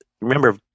remember